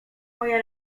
moje